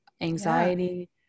anxiety